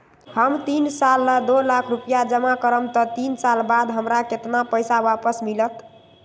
हम तीन साल ला दो लाख रूपैया जमा करम त तीन साल बाद हमरा केतना पैसा वापस मिलत?